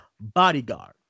Bodyguard